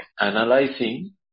analyzing